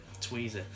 tweezer